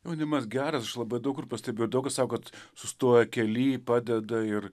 jaunimas geras aš labai daug kur pastebėjau daug kas sako kad sustoja kely padeda ir